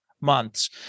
months